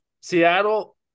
Seattle